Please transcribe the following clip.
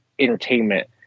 entertainment